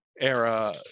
era